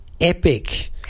epic